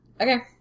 Okay